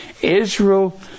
Israel